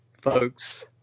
folks